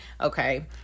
okay